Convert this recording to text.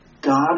God